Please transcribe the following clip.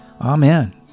Amen